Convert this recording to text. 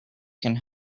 can